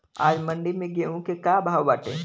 आज मंडी में गेहूँ के का भाव बाटे?